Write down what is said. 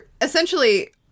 essentially